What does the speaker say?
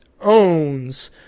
owns